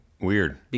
Weird